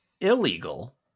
illegal